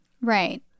Right